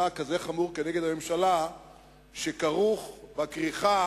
חמור כזה כלפי הממשלה שכרוך בכריכה